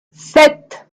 sept